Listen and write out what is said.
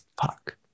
fuck